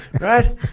right